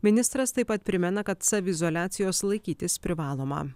ministras taip pat primena kad saviizoliacijos laikytis privaloma